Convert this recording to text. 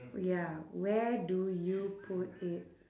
ya where do you put it